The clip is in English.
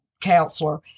counselor